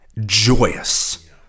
joyous